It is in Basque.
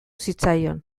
zitzaion